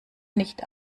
nicht